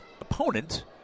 opponent